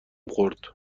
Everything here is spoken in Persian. خورد